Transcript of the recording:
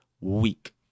week